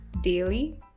daily